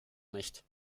nicht